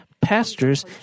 pastors